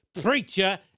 preacher